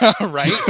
Right